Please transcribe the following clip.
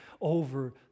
over